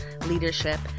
leadership